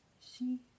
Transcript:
see